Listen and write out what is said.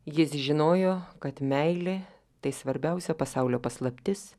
jis žinojo kad meilė tai svarbiausia pasaulio paslaptis